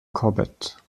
corbett